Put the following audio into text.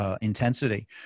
intensity